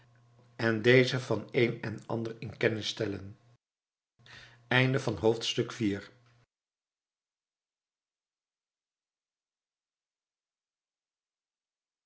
en dezen van een en ander in kennis stellen